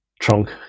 trunk